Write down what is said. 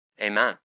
Amen